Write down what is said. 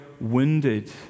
Wounded